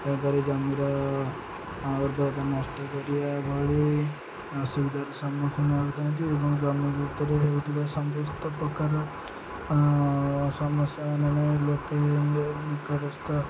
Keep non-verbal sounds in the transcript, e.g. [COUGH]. ଏଣୁକରି ଜମିର ଉର୍ବରତା ନଷ୍ଟ କରିବା ଭଳି ଅସୁବିଧାର ସମ୍ମୁଖୀନ ହେଉଥାନ୍ତି ଏବଂ ଜନ୍ମମୃତ୍ୟୁରେ ହେଉଥିବା ସମସ୍ତ ପ୍ରକାର ସମସ୍ୟା [UNINTELLIGIBLE] ଲୋକେ [UNINTELLIGIBLE] ନିକଟସ୍ଥ